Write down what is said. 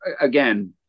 again